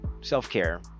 self-care